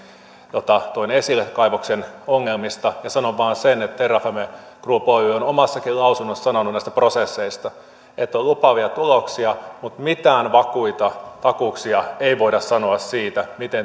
toin esille kaivoksen ongelmista ja sanon vain sen että terrafame group oy on omassakin lausunnossaan sanonut näistä prosesseista että on lupaavia tuloksia mutta mitään vakuuksia ei voida antaa siitä miten